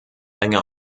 länger